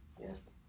Yes